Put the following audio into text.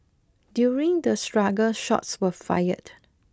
during the struggle shots were fired